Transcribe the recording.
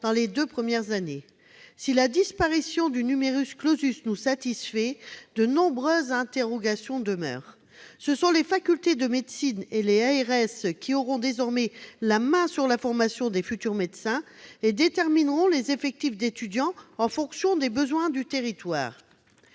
cours des deux premières années d'études. Si la disparition du nous satisfait, de nombreuses interrogations demeurent. Ce sont les facultés de médecine et les ARS qui auront désormais la main sur la formation des futurs médecins, et détermineront les effectifs d'étudiants en fonction des besoins des territoires.